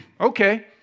okay